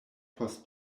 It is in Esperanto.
post